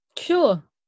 Sure